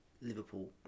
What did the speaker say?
Liverpool